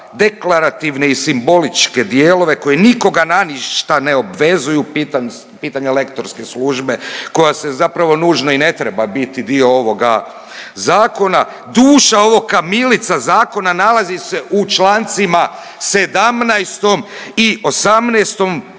deklarativne i simboličke dijelove koje nikoga na ništa ne obvezuju, pitanja lektorske službe koja se zapravo nužno i ne treba biti dio ovoga zakona, duša ovog kamilica zakona nalazi se u člancima 17. i 18. Vijeće